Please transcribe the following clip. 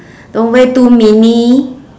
don't wear too mini